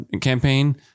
campaign